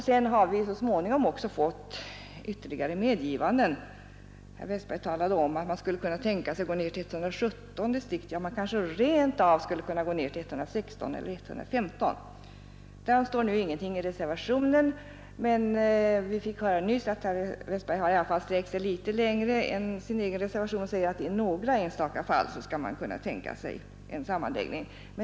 Sedan har vi så småningom också fått ytterligare medgivanden. Herr Westberg talade om att man skulle kunna tänka sig att gå ned till 117 distrikt, ja kanske rent av till 116 eller 115. Därom står nu ingenting i reservationen, men vi fick höra nyss att herr Westberg i alla fall sträckt sig litet längre än sin egen reservation och att man i några enstaka fall kan tänka sig en sammanläggning.